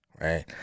right